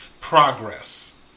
Progress